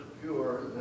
pure